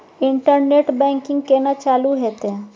Internet banking केना चालू हेते?